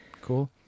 cool